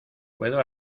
puedo